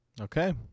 Okay